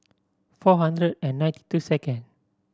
four hundred and ninety two second